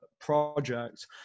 project